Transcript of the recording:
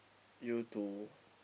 you to